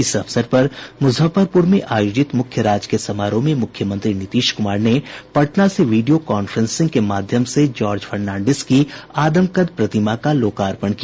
इस अवसर पर मुजफ्फरपुर में आयोजित मुख्य राजकीय समारोह में मुख्यमंत्री नीतीश कुमार ने पटना से वीडियो कांफ्रेंसिंग के माध्यम से जार्ज फर्नांडीस की आदमकद प्रतिमा का लोकार्पण किया